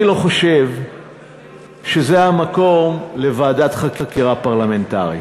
אני לא חושב שזה המקום לוועדת חקירה פרלמנטרית.